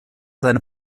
seine